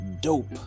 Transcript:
dope